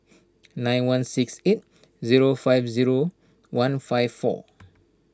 nine one six eight zero five zero one five four